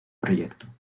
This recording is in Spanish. proyecto